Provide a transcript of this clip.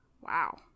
Wow